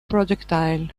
projectile